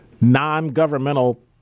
non-governmental